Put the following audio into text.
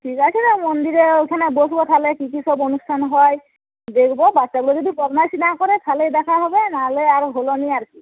ঠিক আছে রে মন্দিরে ওইখানে বসব তাহলে কি কি সব অনুষ্ঠান হয় দেখব বাচ্চাগুলো যদি বদমায়েশি না করে তাহলেই দেখা হবে নাহলে আর হল না আর কি